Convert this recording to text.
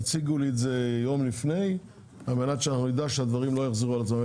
תציגו לי את זה יום לפני על-מנת שנדע שהדברים לא יחזרו על עצמם.